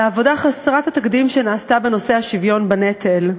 על העבודה חסרת התקדים שנעשתה בנושא השוויון בנטל.